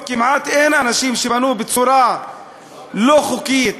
כמעט אין אנשים שבנו בצורה לא חוקית,